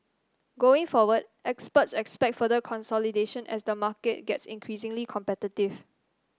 going forward experts expect further consolidation as the market gets increasingly competitive